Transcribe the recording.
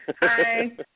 Hi